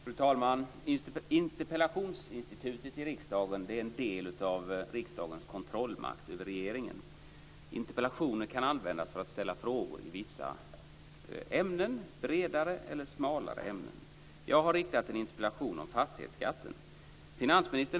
Fru talman! Interpellationsinstitutet i riksdagen är en del av riksdagens kontrollmakt över regeringen. Interpellationer kan användas för att ställa frågor i vissa ämnen - bredare eller smalare. Jag har riktat en interpellation om fastighetsskatten till finansminister.